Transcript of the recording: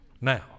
Now